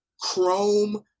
chrome